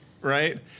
right